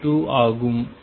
ஆகும்